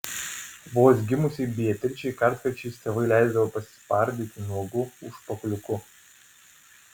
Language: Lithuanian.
vos gimusiai beatričei kartkarčiais tėvai leisdavo pasispardyti nuogu užpakaliuku